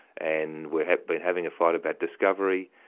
and we've been having a fight about discovery,